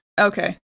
Okay